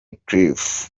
cliff